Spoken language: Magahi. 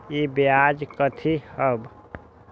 ई व्यापार कथी हव?